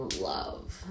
love